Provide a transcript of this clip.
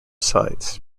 sides